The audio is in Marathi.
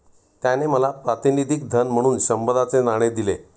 त्याने मला प्रातिनिधिक धन म्हणून शंभराचे नाणे दिले